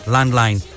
Landline